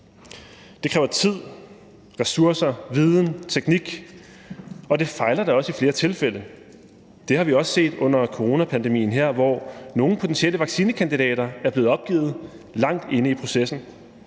Det kræver tid, ressourcer, viden og teknik, og det fejler da også i flere tilfælde. Det har vi også set under coronapandemien her, hvor nogle potentielle vaccinekandidater er blevet opgivet langt inde i processen.